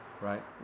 Right